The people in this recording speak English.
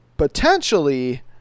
potentially